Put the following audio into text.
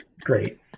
great